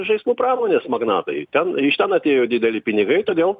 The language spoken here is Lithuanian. žaislų pramonės magnatai ten iš ten atėjo dideli pinigai todėl